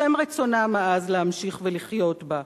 בשם רצונם העז להמשיך לחיות בה,